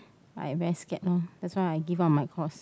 I very scared that's why I give up my course